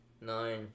nine